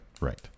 Right